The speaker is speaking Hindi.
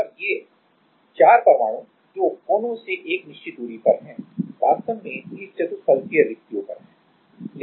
और ये 4 परमाणु जो कोनों से एक निश्चित दूरी पर हैं वास्तव में इस चतुष्फलकीय रिक्तियों पर हैं